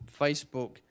Facebook